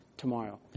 tomorrow